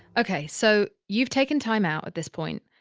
ok. so you've taken time out at this point,